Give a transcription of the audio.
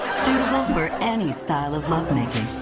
suitable for any style of love-making.